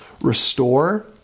restore